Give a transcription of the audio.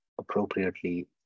Appropriately